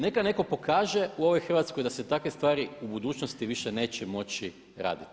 Neka neko pokaže u ovoj Hrvatskoj da se takve stvari u budućnosti više neće moći raditi.